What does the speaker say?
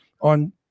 on